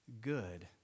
good